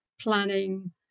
planning